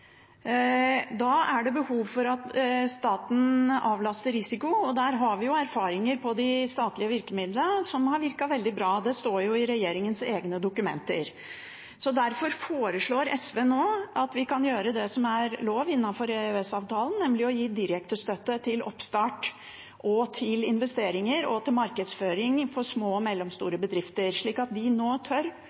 Da er det behov for at staten avlaster risiko, og der har vi erfaring for at de statlige virkemidlene har virket veldig bra. Det står jo i regjeringens egne dokumenter. Derfor foreslår SV nå at vi kan gjøre det som er lov innenfor EØS-avtalen, nemlig å gi direkte støtte til oppstart, investeringer og markedsføring til små og mellomstore bedrifter, slik at de tør